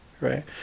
right